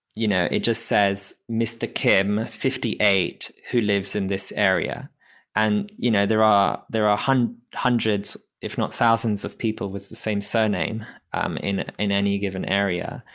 you know, it just says mr. kim, fifty eight, who lives in this area and, you know, there are there are hundreds, if not thousands of people with the same surname um in in any given area,